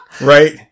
right